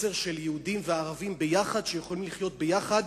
מסר של יהודים וערבים ביחד, שיכולים לחיות ביחד